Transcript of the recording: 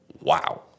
Wow